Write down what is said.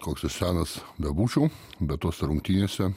koks aš senas bebūčiau bet tose rungtynėse